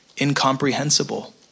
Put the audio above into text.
incomprehensible